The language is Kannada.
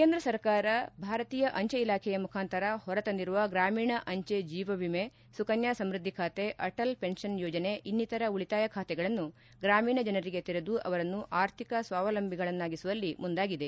ಕೇಂದ್ರ ಸರ್ಕಾರ ಭಾರತೀಯ ಅಂಚೆ ಇಲಾಖೆಯ ಮುಖಾಂತರ ಹೊರ ತಂದಿರುವ ಗ್ರಾಮೀಣ ಅಂಚೆ ಜೀವ ವಿಮೆ ಸುಕನ್ಯಾ ಸಮೃದ್ದಿ ಖಾತೆ ಅಟಲ್ ಪೆಸ್ಷನ್ ಯೋಜನೆ ಇನ್ನಿತರ ಉಳಿತಾಯ ಖಾತೆಗಳನ್ನು ಗ್ರಾಮೀಣ ಜನರಿಗೆ ತೆರೆದು ಅವರನ್ನು ಆರ್ಥಿಕ ಸ್ವಾವಲಂಭಿಗಳಾಗಿಸುವಲ್ಲಿ ಮುಂದಾಗಿದೆ